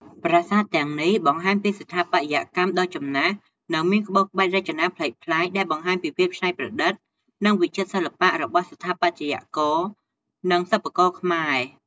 ប្រាសាទទាំងនេះបង្ហាញពីស្ថាបត្យកម្មដ៏ចំណាស់ និងមានក្បូរក្បាច់រចនាប្លែកៗ ដែលបង្ហាញពីភាពច្នៃប្រឌិត និងវិចិត្រសិល្បៈរបស់ស្ថាបត្យករ និងសិប្បករខ្មែរ។